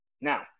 Now